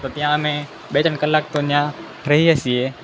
તો ત્યાં અમે બે ત્રણ કલાક તો ત્યાં રહીએ છીએ